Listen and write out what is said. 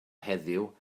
heddiw